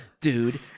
dude